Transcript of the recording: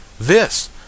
This